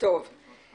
התייחסתי לנושא של אור